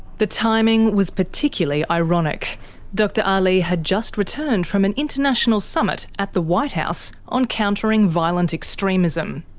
the timing was particularly ironic dr ah aly had just returned from an international summit at the white house on countering violent extremism.